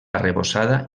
arrebossada